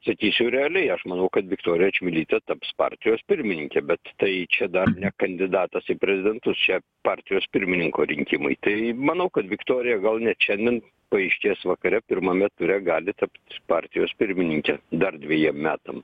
sakyčiau realiai aš manau kad viktorija čmilytė taps partijos pirmininke bet tai čia dar ne kandidatas į prezidentus čia partijos pirmininko rinkimai tai manau kad viktorija gal net šiandien paaiškės vakare pirmame ture gali tapt partijos pirmininke dar dvejiem metam